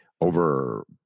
over